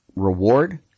Reward